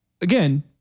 again